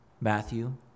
Matthew